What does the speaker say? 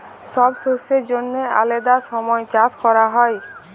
ছব শস্যের জ্যনহে আলেদা ছময় চাষ ক্যরা হ্যয়